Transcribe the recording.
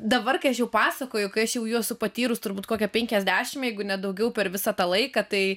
dabar kai aš jau pasakoju kai aš jau jų esu patyrus turbūt kokia penkiasdešimt jeigu ne daugiau per visą tą laiką tai